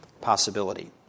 possibility